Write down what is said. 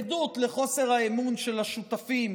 עדות לחוסר האמון של השותפים